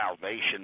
salvation